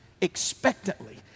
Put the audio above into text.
expectantly